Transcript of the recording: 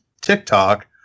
TikTok